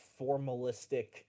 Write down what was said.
formalistic